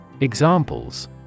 Examples